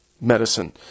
medicine